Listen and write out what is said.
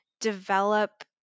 develop